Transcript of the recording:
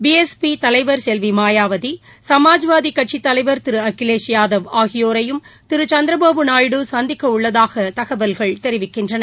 B S P தலைவர் செல்வி மாயாவதி சுமாஜ்வாதி கட்சித் தலைவர் திரு அகிரேஷ் யாதவ் ஆகியோரையும் திரு சந்திரபாபு நாயுடு சந்திக்க உள்ளதாக தகவல்கள் தெரிவிக்கின்றன